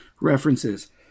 references